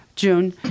June